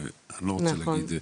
ואני לא רוצה להגיד,